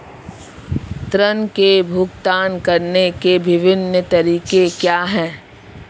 ऋृण के भुगतान करने के विभिन्न तरीके क्या हैं?